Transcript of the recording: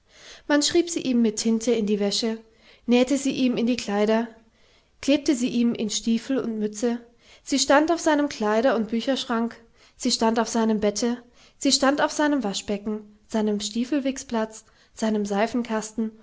man schrieb sie ihm mit tinte in die wäsche nähte sie ihm in die kleider klebte sie ihm in stiefel und mütze sie stand auf seinem kleider und bücherschrank sie stand auf seinem bette sie stand auf seinem waschbecken seinem stiefelwichsplatz seinem